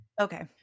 Okay